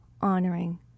honoring